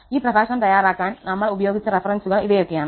ഈ പ്രഭാഷണം തയ്യാറാക്കാൻ നമ്മൾ ഉപയോഗിച്ച റഫറൻസുകൾ ഇവയൊക്കെയാണ്